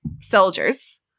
soldiers